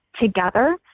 together